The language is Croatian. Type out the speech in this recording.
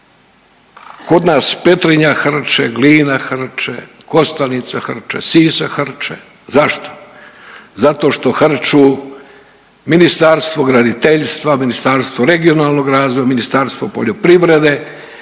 kod nas Petrinja hrče, Glina hrče, Kostajnica hrče, Sisak hrče. Zašto? Zato što hrču Ministarstvo graditeljstva, Ministarstvo regionalnog razvoja, Ministarstvo poljoprivrede,